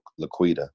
Laquita